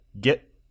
get